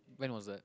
when was that